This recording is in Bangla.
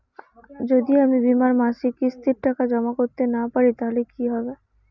যদি আমি বীমার মাসিক কিস্তির টাকা জমা করতে না পারি তাহলে কি হবে?